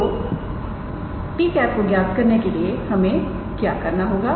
तो 𝑡̂ को ज्ञात के लिए हमें क्या करना होगा